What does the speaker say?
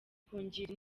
kugira